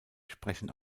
sprechen